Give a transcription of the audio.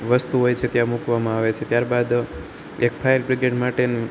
વસ્તુ હોય છે તે મૂકવામાં આવે છે ત્યારબાદ એક ફાયર બ્રિગેડ માટેનું